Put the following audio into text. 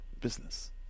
business